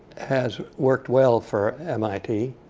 has worked well for mit.